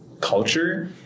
culture